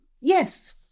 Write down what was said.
Yes